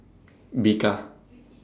Bika